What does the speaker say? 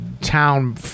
town